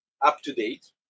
up-to-date